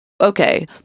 okay